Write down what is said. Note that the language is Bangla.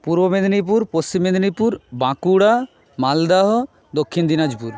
পূর্ব মেদিনীপুর পশ্চিম মেদিনীপুর বাঁকুড়া মালদহ দক্ষিণ দিনাজপুর